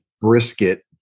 brisket